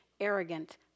arrogant